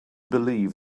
believe